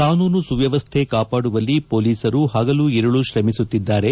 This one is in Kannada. ಕಾನೂನು ಸುವ್ಕವಸ್ಥ ಕಾಪಾಡುವಲ್ಲಿ ಮೊಲೀಸರು ಪಗಲು ಇರುಳು ತ್ರಮಿಸುತ್ತಿದ್ದಾರೆ